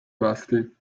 pasti